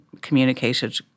communicated